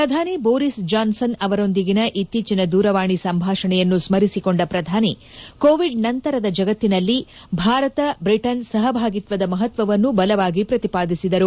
ಪ್ರಧಾನಿ Boris Johnson ಅವರೊಂದಿಗಿನ ಇತ್ತೀಚಿನ ದೂರವಾಣಿ ಸಂಭಾಷಣೆಯನ್ನು ಸ್ಪರಿಸಿಕೊಂಡ ಪ್ರಧಾನಿ ಕೋವಿಡ್ ನಂತರದ ಜಗತ್ತಿನಲ್ಲಿ ಭಾರತ ಬ್ರಿಟನ್ ಸಹಭಾಗಿತ್ವದ ಮಹತ್ವವನ್ನು ಬಲವಾಗಿ ಪ್ರತಿಪಾದಿಸಿದರು